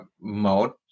mode